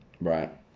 Right